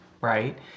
right